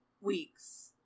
weeks